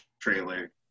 trailer